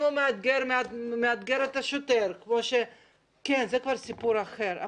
אם הוא מאתגר את השוטר זה כבר סיפור אחר,